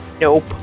Nope